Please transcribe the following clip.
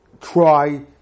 try